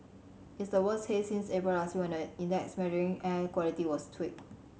it's the worst haze since April last year when the index measuring air quality was tweaked